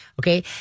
Okay